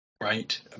right